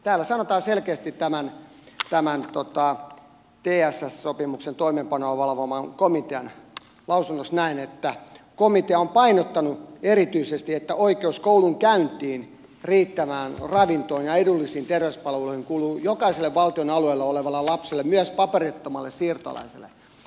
täällä sanotaan selkeästi tämän tss sopimuksen toimeenpanoa valvovan komitean lausunnosta että komitea on painottanut erityisesti että oikeus koulunkäyntiin riittävään ravintoon ja edullisiin terveyspalveluihin kuuluu jokaiselle valtion alueella olevalle lapselle myös paperittomalle siirtolaiselle